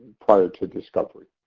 prior to discovery.